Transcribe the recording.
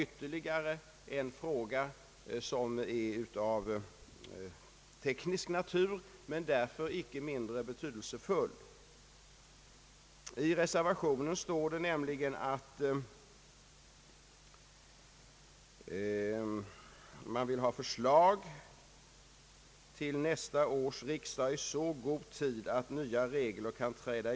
Jag vill vidare erinra om att familjeberedningen nyligen prövat frågan om det obligatoriska barnavårdsmannaförordnandet och stannat för att förorda att nuvarande ordning i princip skall bestå. De nu föreslagna ändringarna i faderskapsreglerna bygger också härpå.